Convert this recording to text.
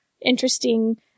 interesting